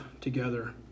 together